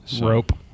rope